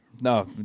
No